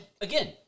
again